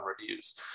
reviews